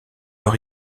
leur